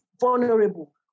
vulnerable